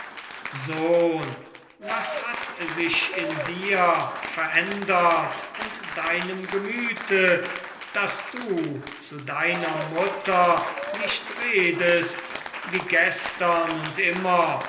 sohn was hat sich in dir verändert und deinem gemüte daß du zu deiner mutter nicht redest wie gestern und immer